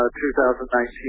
2019